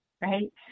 right